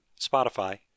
Spotify